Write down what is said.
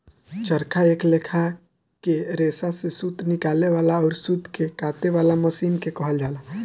चरखा एक लेखा के रेसा से सूत निकाले वाला अउर सूत के काते वाला मशीन के कहल जाला